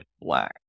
black